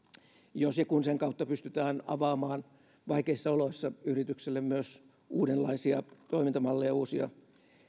jos ja kun sen kautta pystytään avaamaan vaikeissa oloissa yritykselle myös uudenlaisia toimintamalleja ja uusia